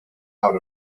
out